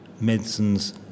Medicines